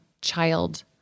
child